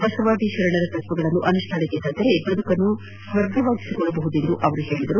ಬಸವಾದಿ ಶರಣರ ತತ್ವಗಳನ್ನು ಅನುಷ್ಠಾನಕ್ಕೆ ತಂದರೆ ಬದುಕನ್ನು ಸ್ವರ್ಗವಾಗಿಸಿಕೊಳ್ಳಬಹುದು ಎಂದು ಹೇಳಿದರು